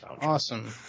awesome